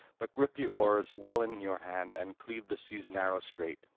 but grip your oars well in your hands and cleave the sea's narrow strait,